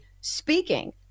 speaking